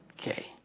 Okay